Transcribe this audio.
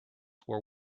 were